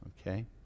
okay